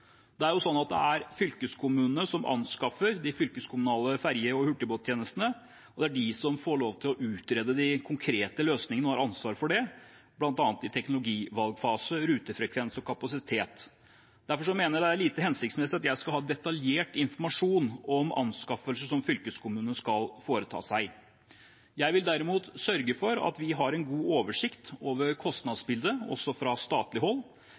Det er fylkeskommunene som anskaffer de fylkeskommunale ferje- og hurtigbåttjenestene, og det er de som får lov til å utrede de konkrete løsningene og har ansvaret for det, bl.a. i teknologivalgfase, rutefrekvens og kapasitet. Derfor mener jeg det er lite hensiktsmessig at jeg skal ha detaljert informasjon om anskaffelser som fylkeskommunene skal foreta seg. Jeg vil derimot sørge for at vi har en god oversikt over kostnadsbildet også fra statlig hold.